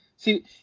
See